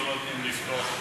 ולצערי, לא נותנים לבחור.